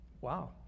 Wow